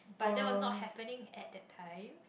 but that was not happening at that time